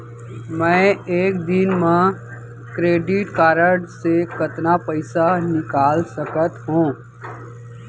मैं एक दिन म क्रेडिट कारड से कतना पइसा निकाल सकत हो?